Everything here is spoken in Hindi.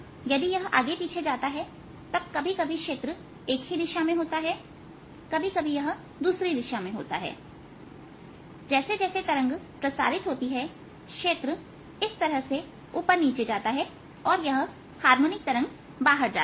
यदि यह आगे पीछे जाता है तब कभी कभी क्षेत्र एक दिशा में होता है कभी कभी यह दूसरी दिशा में होता है जैसे जैसे तरंग प्रसारित होती है क्षेत्र इस तरह ऊपर नीचे जाता है और यह हारमोनिक तरंग बाहर जा रही है